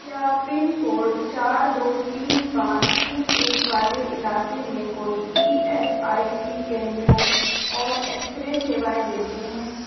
क्या पिनकोड चार दो तीन पाँच तीन एक वाले इलाक़े में कोई ई एस आई सी केंद्र है और एक्स रे सेवाएं देते हैं